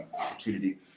opportunity